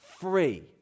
free